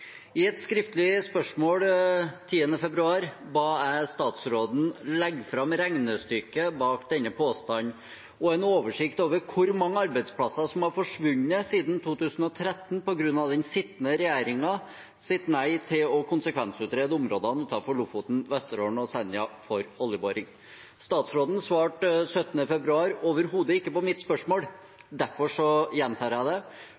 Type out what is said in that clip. I et skriftlig spørsmål 10. februar ba jeg statsråden legge fram regnestykket bak denne påstanden og en oversikt over hvor mange arbeidsplasser som har forsvunnet siden 2013 på grunn av den sittende regjeringens nei til å konsekvensutrede områdene utenfor Lofoten, Vesterålen og Senja for oljeboring. Statsråden svarte 17. februar overhodet ikke på mitt spørsmål. Derfor gjentar jeg det.